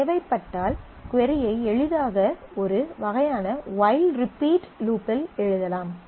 தேவைப்பட்டால் கொரி ஐ எளிதாக ஒரு வகையான ஒய்ல் ரிப்பீட் லூப்பில் எழுதலாம்